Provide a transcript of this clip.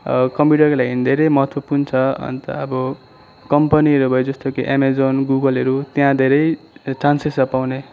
कम्प्युटरको लागि धेरै महत्त्वपूर्ण छ अन्त अब कम्पनीहरू भयो जस्तो कि एमाजन गुगलहरू त्यहाँ धेरै चान्सेस छ पाउने